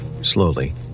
Slowly